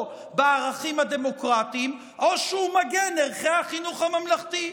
בערכים הדמוקרטיים או שהוא מגן ערכי החינוך הממלכתי?